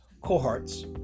cohorts